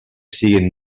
siguen